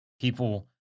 people